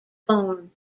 born